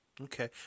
Okay